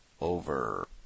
over